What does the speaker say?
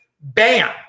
Bam